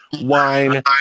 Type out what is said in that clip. wine